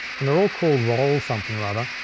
and they're all called roll something or other.